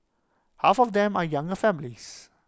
half of them are younger families